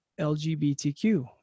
LGBTQ